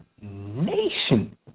nation